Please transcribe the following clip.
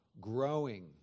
growing